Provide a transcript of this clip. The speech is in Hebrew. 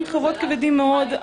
כבדים מאוד.